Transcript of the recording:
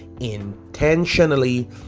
intentionally